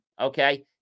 okay